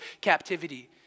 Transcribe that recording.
captivity